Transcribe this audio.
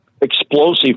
explosive